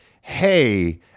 hey